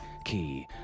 Key